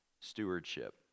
stewardship